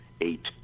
eight